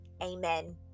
Amen